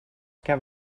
que